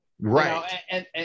right